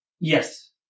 Yes